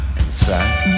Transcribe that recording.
inside